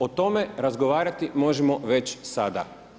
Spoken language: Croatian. O tome razgovarati možemo već sada.